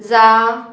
जा